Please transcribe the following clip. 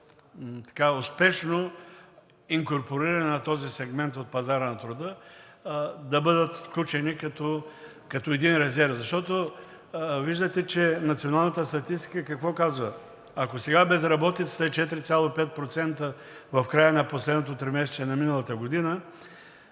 успешното инкорпориране на този сегмент от пазара на труда и да бъдат включени като един резерв. Виждате националната статистика какво казва: ако безработицата е 4,5% в края на последното тримесечие на миналата година,